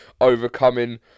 overcoming